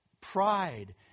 pride